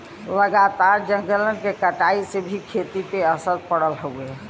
लगातार जंगलन के कटाई से भी खेती पे असर पड़त हउवे